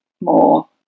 more